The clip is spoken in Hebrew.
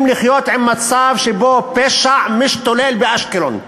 לחיות עם מצב שבו פשע משתולל באשקלון.